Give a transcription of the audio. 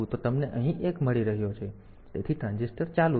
તો તમને અહીં 1 મળી રહ્યો છે તેથી આ ટ્રાન્ઝિસ્ટર ચાલુ છે